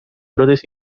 brotes